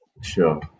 Sure